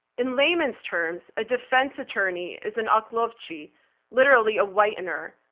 in layman's terms, a defense attorney is an oqartiruvchi, literally a whitener.